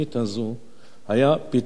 היה פתרון הבעיה הזו.